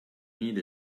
need